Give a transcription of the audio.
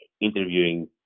interviewing